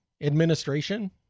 administration